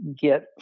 get